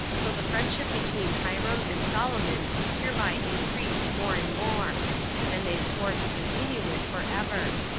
so the friendship between hiram and solomon hereby increased more and more and they swore to continue it for ever.